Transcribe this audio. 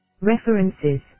References